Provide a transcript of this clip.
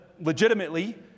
legitimately